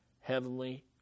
Heavenly